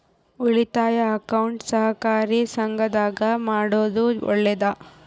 ಉಳಿತಾಯ ಅಕೌಂಟ್ ಸಹಕಾರ ಸಂಘದಾಗ ಮಾಡೋದು ಒಳ್ಳೇದಾ?